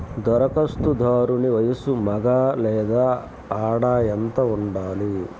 ధరఖాస్తుదారుని వయస్సు మగ లేదా ఆడ ఎంత ఉండాలి?